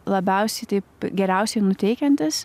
labiausiai taip geriausiai nuteikiantis